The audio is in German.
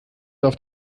auf